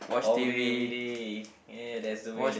all day everyday ya that's the way that